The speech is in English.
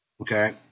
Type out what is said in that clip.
Okay